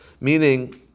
meaning